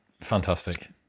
Fantastic